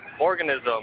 organism